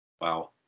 wow